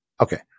okay